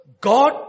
God